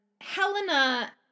Helena